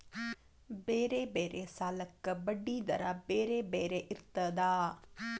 ಬೇರೆ ಬೇರೆ ಸಾಲಕ್ಕ ಬಡ್ಡಿ ದರಾ ಬೇರೆ ಬೇರೆ ಇರ್ತದಾ?